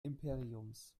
imperiums